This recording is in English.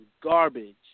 garbage